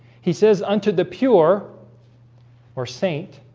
he says unto the pure or saint